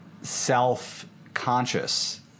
self-conscious